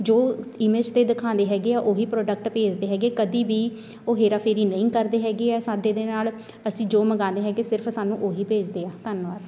ਜੋ ਇਮੇਜ਼ 'ਤੇ ਦਿਖਾਉਂਦੇ ਹੈਗੇ ਆ ਉਹੀ ਪ੍ਰੋਡਕਟ ਭੇਜਦੇ ਹੈਗੇ ਕਦੇ ਵੀ ਉਹ ਹੇਰਾਫੇਰੀ ਨਹੀਂ ਕਰਦੇ ਹੈਗੇ ਆ ਸਾਡੇ ਦੇ ਨਾਲ਼ ਅਸੀਂ ਜੋ ਮੰਗਵਾਉਂਦੇ ਹੈਗੇ ਸਿਰਫ਼ ਸਾਨੂੰ ਉਹੀ ਭੇਜਦੇ ਆ ਧੰਨਵਾਦ